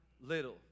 Little